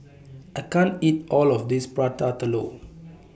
I can't eat All of This Prata Telur